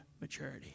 maturity